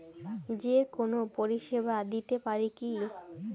যে কোনো পরিষেবা দিতে পারি কি?